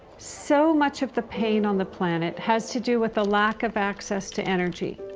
so much of the pain on the planet has to do with the lack of access to energy.